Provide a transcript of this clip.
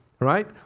Right